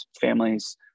families